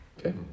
Okay